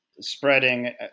spreading